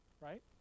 right